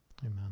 amen